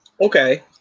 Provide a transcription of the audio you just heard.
Okay